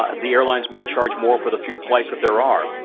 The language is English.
ah the airlines may charge more for the few flights that there are.